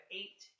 eight